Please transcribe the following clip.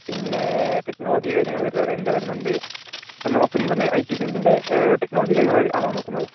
പിന്നേ ടെക്നോളജി കാര്യങ്ങൾ വരുന്ന വരുന്നുണ്ട് ഇപ്പോൾ നോക്കുന്നതും ഐ ടി ഫീൽഡിൻ്റെ ടെക്നോളജി കാര്യങ്ങൾ ആണോ നോക്കുന്നത്